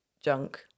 junk